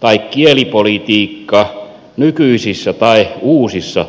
tai kielipolitiikka nykyisissä tai uusissa yhdistyvissä kunnissa